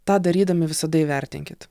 tą darydami visada įvertinkit